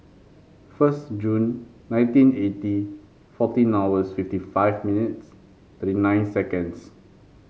first June nineteen eighty fourteen hours fifty five minutes thirty nine seconds